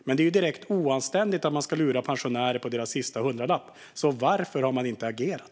Men det är direkt oanständigt att man ska lura pensionärer på deras sista hundralapp. Varför har man inte agerat?